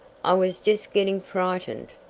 i was just getting frightened.